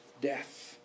death